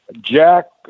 Jack